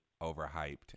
overhyped